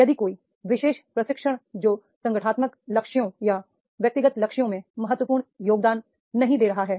यदि कोई विशेष प्रशिक्षण जो संगठनात्मक लक्ष्यों या व्यक्तिगत लक्ष्यों में महत्वपूर्ण योगदान नहीं दे रहा है